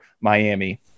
Miami